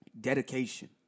dedication